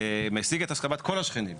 משיג את הסכמת כל השכנים.